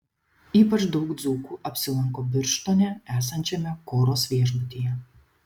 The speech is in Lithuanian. ypač daug dzūkų apsilanko birštone esančiame koros viešbutyje